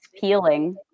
Peeling